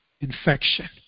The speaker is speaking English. infection